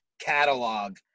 catalog